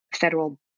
federal